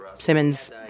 Simmons